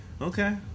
Okay